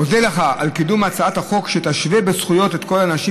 אודה לך על קידום הצעת החוק שתשווה בזכויות את כל הנשים,